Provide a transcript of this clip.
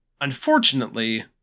unfortunately